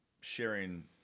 sharing